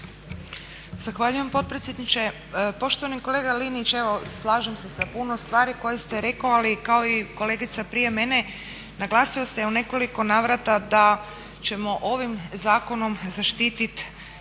Zahvaljujem potpredsjedniče. Poštovani kolega Linić, evo slažem se sa puno stvari koje ste rekao, ali kao i kolegica prije mene naglasio ste u nekoliko navrata da ćemo ovim zakonom zaštitit